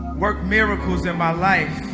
work miracles in my life